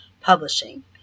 Publishing